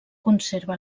conserva